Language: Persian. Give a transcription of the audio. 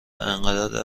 اونقدر